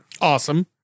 Awesome